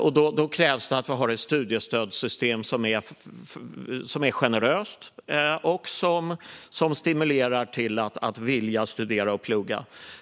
Då krävs det att vi har ett studiestödssystem som är generöst och som stimulerar människor så att de vill studera och plugga.